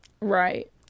Right